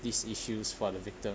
these issues for the victim